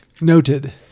Noted